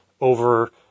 over